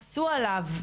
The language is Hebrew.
עשו עליו,